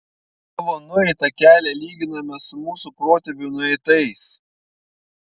savo nueitą kelią lyginame su mūsų protėvių nueitais